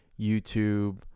YouTube